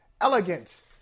elegant